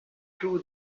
true